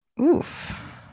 Oof